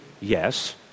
yes